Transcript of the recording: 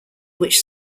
which